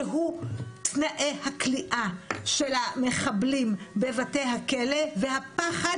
שהוא תנאי הכליאה של המחבלים בבתי הכלא והפחד